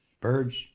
birds